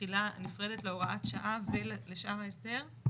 תחילה נפרדת להוראת שעה ולשאר ההסדר?